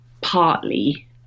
partly